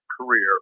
career